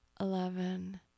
eleven